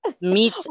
meet